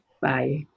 bye